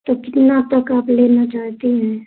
तो कितना तक आप लेना चाहती हैं